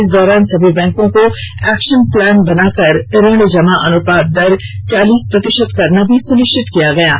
इस दौरान सभी बैंकों को एक्शन प्लान बना कर ऋण जमा अनुपात दर चालीस प्रतिशत करना भी सुनिश्चित किया गया था